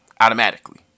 Automatically